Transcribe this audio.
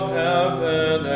heaven